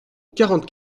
quarante